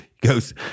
goes